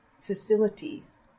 facilities